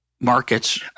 markets